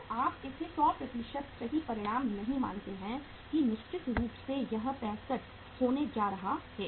तो आप इसे 100 सही परिणाम नहीं मानते हैं कि निश्चित रूप से यह 65 होने जा रहा है